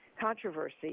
controversy